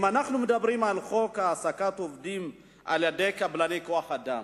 אם אנחנו מדברים על חוק העסקת עובדים על-ידי קבלני כוח-אדם,